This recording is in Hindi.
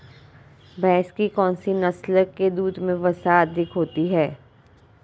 भैंस की कौनसी नस्ल के दूध में वसा अधिक होती है?